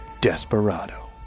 Desperado